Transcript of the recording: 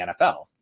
NFL